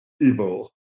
evil